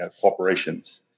corporations